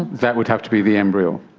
that would have to be the embryo.